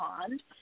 Pond